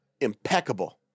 impeccable